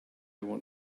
want